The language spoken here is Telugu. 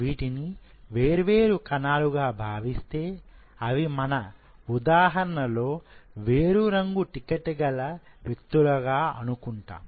వీటిని వేర్వేరు కణాలుగా భావిస్తే అవి మన మన ఉదాహరణ లో వేరు రంగు టికెట్ గల వ్యక్తులు గా అనుకున్నాము